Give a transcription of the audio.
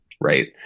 Right